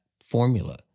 formula